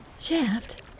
Shaft